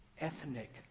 ethnic